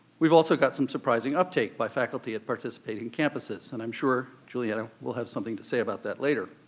we've also got some surprising uptake by faculty at participating campuses, and i'm sure julieanna will have something to say about that later.